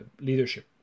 leadership